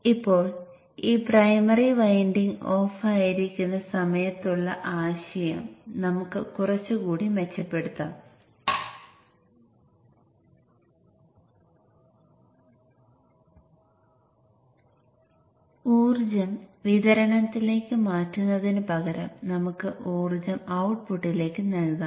ഇപ്പോൾ ഈ 2 കപ്പാസിറ്റൻസുകൾ നിങ്ങളുടെ റക്റ്റിഫയർ ഫിൽട്ടർ സർക്യൂട്ടുകളുടെ ഔട്ട്പുട്ടുകളാകാം